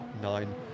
nine